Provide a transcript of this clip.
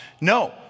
No